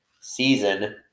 season